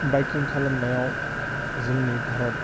बाइकिं खालामनायाव जोंनि भारत